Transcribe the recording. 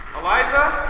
eliza?